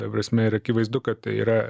ta prasme ir akivaizdu kad tai yra